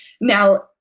Now